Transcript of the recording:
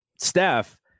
Steph